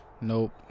Nope